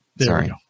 Sorry